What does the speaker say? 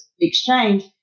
exchange